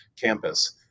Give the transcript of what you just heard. campus